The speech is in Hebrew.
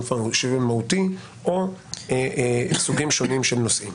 שריון מהותי או סוגים שונים של נושאים.